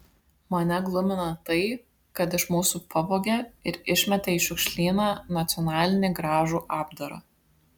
mane glumina tai kad iš mūsų pavogė ir išmetė į šiukšlyną nacionalinį gražų apdarą